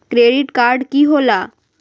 Credit card की होला?